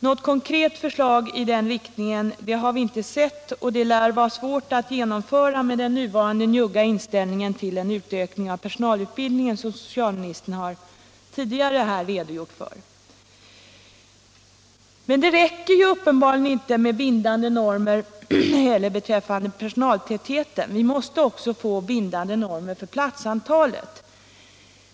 Något konkret förslag i den riktningen har vi inte sett, och det lär vara svårt att genomföra med den nuvarande njugga inställningen till en utökning av personalutbildningen, som socialministern tidigare här har redogjort för. Men det räcker uppenbarligen inte med bindande normer beträffande personaltätheten. Vi måste också få bindande normer för platsantalet.